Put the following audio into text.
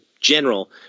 general